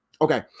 okay